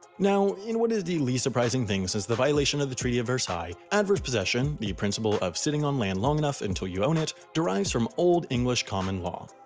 now, in what is the least surprising thing since the violation of the treaty of versailles, adverse possession, the principle of sitting on land long enough until you own it, derives from old english common law.